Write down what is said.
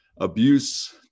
Abuse